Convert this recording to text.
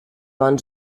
bon